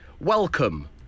Welcome